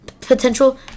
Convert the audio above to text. potential